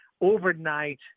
overnight